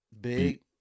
Big